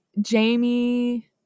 Jamie